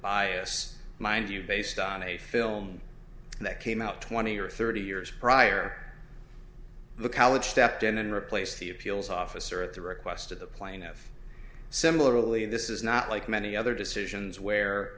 bias mind you based on a film that came out twenty or thirty years prior the college stepped in and replace the appeals officer at the request of the plaintiff similarly this is not like many other decisions where